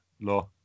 law